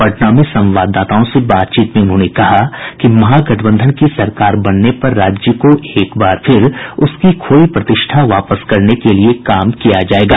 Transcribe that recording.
पटना में संवाददाताओं से बातचीत में उन्होंने कहा कि महागठबंधन की सरकार बनने पर राज्य को एक बार फिर उसकी खोई प्रतिष्ठा वापस कराने के लिए काम किया जायेगा